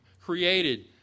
created